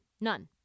None